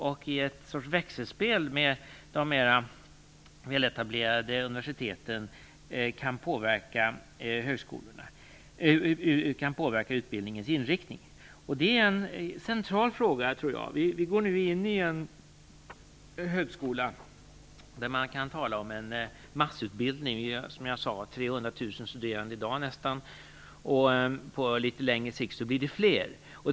Det har skett en sorts växelspel med de väletablerade universiteten som har påverkat utbildningens inriktning. Detta är en central fråga. Vi går nu in i en högskola där man kan tala om en massutbildning. Som jag sade finns det nästan 300 000 studerande i dag. På litet längre sikt blir det ännu fler studerande.